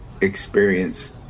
experience